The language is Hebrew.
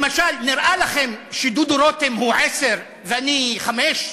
למשל, נראה לכם שדודו רותם הוא 10 ואני 5?